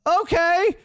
Okay